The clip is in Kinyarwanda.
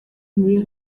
muri